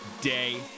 day